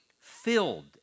filled